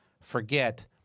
forget